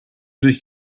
durch